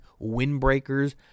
windbreakers